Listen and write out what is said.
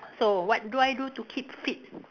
so what do I do to keep fit